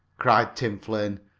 cried tim flynn,